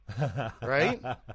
Right